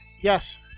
Yes